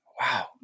Wow